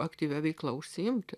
aktyvia veikla užsiimti